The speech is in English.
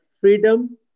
freedom